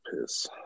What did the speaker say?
piss